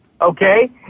Okay